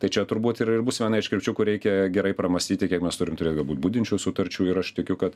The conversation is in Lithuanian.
tai čia turbūt ir ir bus viena iš krypčių kur reikia gerai pramąstyti kiek mes turim turėt galbūt budinčių sutarčių ir aš tikiu kad